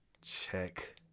check